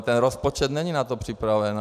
Ten rozpočet není na to připraven.